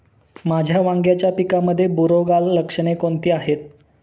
माझ्या वांग्याच्या पिकामध्ये बुरोगाल लक्षणे कोणती आहेत?